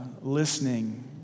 listening